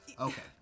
Okay